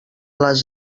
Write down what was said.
les